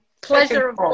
pleasure